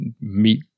meet